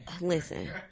Listen